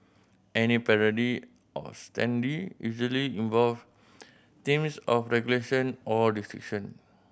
any parody of standee usually involve themes of regulation or restriction